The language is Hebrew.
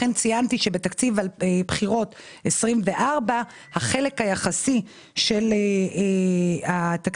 לכן ציינתי שבתקציב בחירות 24 החלק היחסי של התקציב